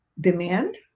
demand